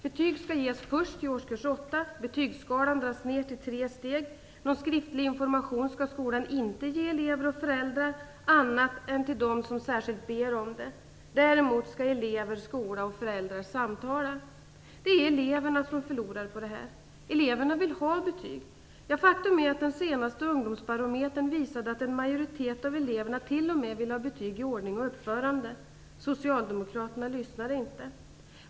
Betyg skall ges först i årskurs 8. Betygsskalan dras ner till tre steg. Någon skriftlig information skall skolan inte ge elever och föräldrar, annat än till dem som särskilt ber om det. Däremot skall elever, skola och föräldrar samtala. Det är eleverna som förlorar på detta. Eleverna vill ha betyg. Ja, faktum är att den senaste Ungdomsbarometern visade att en majoritet av eleverna t.o.m. vill ha betyg i ordning och uppförande. Socialdemokraterna lyssnar inte.